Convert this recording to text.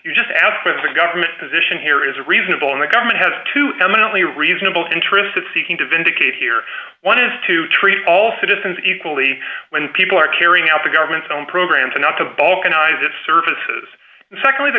you just asked for the government's position here is reasonable and the government has two eminently reasonable interests of seeking to vindicate here one is to treat all citizens equally when people are carrying out the government's own program to not to balkanize its services secondly the